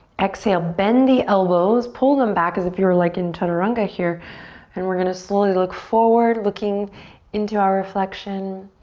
exhale, bend the elbows, pull them back as if you're like in chaturanga here and we're gonna slowly look forward looking into our reflection.